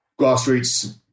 grassroots